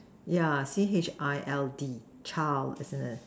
yeah C_H_I_L_D child as in the